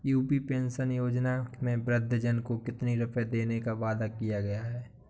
UP pension योजना में वृद्धजन को कितनी रूपये देने का वादा किया गया है?